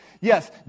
Yes